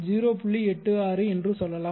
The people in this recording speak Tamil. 86 என்று சொல்லலாம்